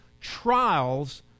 trials